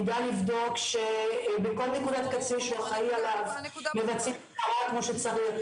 יידע לבדוק שבכל נקודת קצה שהוא אחראי עליה יבצעו בדיקה כמו שצריך.